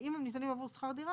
ואם הם ניתנים עבור שכר דירה,